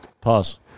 Pause